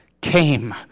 came